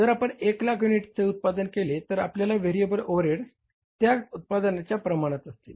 जर आपण 1 लाख युनिटचे उत्पादन केले तर आपले व्हेरिएबल ओव्हरहेड त्या उत्पादनाच्या प्रमाणात असतील